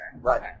Right